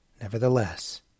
Nevertheless